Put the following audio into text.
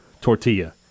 tortilla